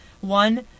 one